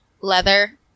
leather